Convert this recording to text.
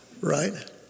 right